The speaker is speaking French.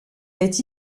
est